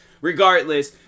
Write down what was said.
regardless